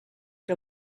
que